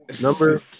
Number